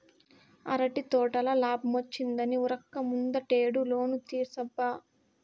అరటి తోటల లాబ్మొచ్చిందని ఉరక్క ముందటేడు లోను తీర్సబ్బా